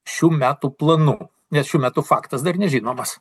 šių metų planu nes šiuo metu faktas dar nežinomas